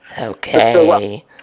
Okay